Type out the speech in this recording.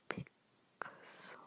Pixel